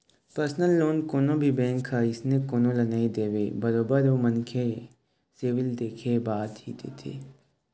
personal loan कोनो भी bank ह अइसने कोनो ल नइ देवय बरोबर ओ मनखे के सिविल देखे के बाद ही देथे